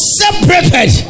separated